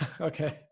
Okay